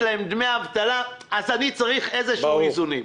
להם דמי אבטלה אז אני צריך איזונים.